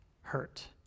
hurt